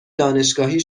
دانشگاهی